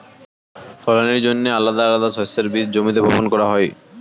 ফলনের জন্যে আলাদা আলাদা শস্যের বীজ জমিতে বপন করা হয়